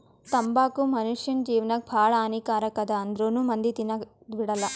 ತಂಬಾಕು ಮುನುಷ್ಯನ್ ಜೇವನಕ್ ಭಾಳ ಹಾನಿ ಕಾರಕ್ ಅದಾ ಆಂದ್ರುನೂ ಮಂದಿ ತಿನದ್ ಬಿಡಲ್ಲ